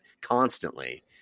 constantly